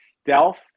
stealth